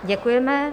Děkujeme.